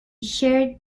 shared